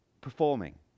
performing